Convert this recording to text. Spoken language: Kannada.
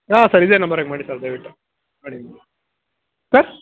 ಹಾಂ ಸರ್ ಇದೇ ನಂಬರಿಗೆ ಮಾಡಿ ಸರ್ ದಯವಿಟ್ಟು ಮಾಡಿ ಸರ್